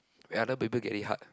other people get it hard